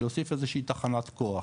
להוסיף איזו שהיא תחנת כוח